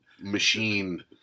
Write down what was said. machine